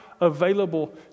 available